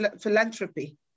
philanthropy